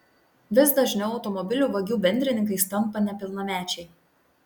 vis dažniau automobilių vagių bendrininkais tampa nepilnamečiai